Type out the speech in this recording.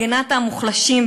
מגִנת המוחלשים,